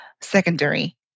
secondary